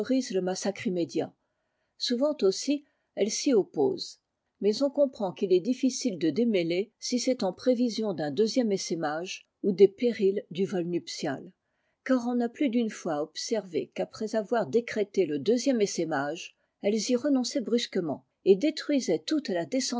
le massacre immédiat souvent aussi elles s'y opposent mais on comprend qu'il est difficile de démêler si cest en prévision d'un deuxième essaimage ou des périls du vol nuptial car on a plus d'une fois observé qu'après avoir décrété le deuxième essaimage elles y renonçaient brusquement et détruisaient toute la